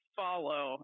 follow